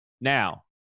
Now